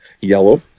yellow